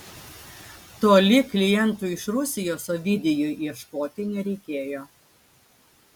toli klientų iš rusijos ovidijui ieškoti nereikėjo